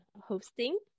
hosting